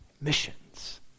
missions